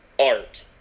art